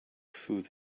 through